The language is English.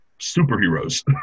superheroes